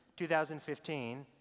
2015